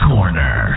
Corner